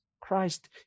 Christ